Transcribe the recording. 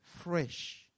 fresh